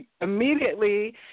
immediately